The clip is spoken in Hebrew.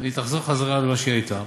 והיא תחזור חזרה למה שהיא הייתה,